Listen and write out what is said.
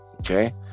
Okay